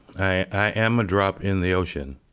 i am a drop in the ocean,